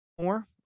more